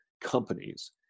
companies